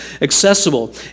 accessible